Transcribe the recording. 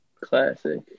Classic